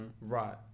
right